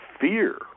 fear